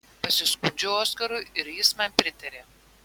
pasiskundžiau oskarui ir jis man pritarė